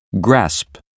Grasp